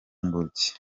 ngobyi